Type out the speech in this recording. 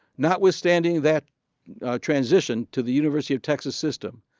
notwithstanding that transition to the university of texas system,